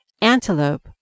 antelope